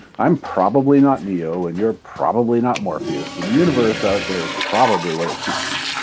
i'm probably not neo and you're probably not morpheus and the universe out there is probably what it seems.